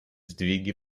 сдвиги